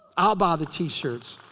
i'll buy the t-shirts.